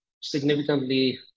significantly